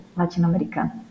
latino-americano